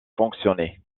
fonctionner